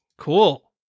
cool